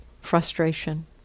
frustration